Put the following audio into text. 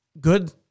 good